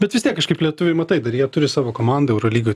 bet vis tiek kažkaip lietuviai matai dar jie turi savo komandą eurolygoj